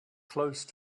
close